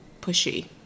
pushy